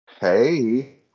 Hey